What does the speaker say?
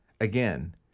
Again